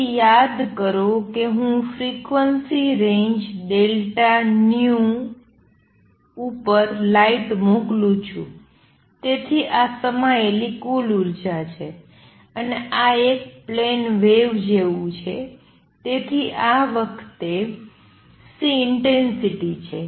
તેથી યાદ કરો કે હું ફ્રીક્વન્સી રેન્જ Δν ઉપર લાઇટ મોકલું છું તેથી આ સમાયેલી કુલ ઉર્જા છે અને આ એક પ્લેન વેવ જેવું છે તેથી આ વખતે C ઇંટેંસિટી છે